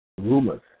rumors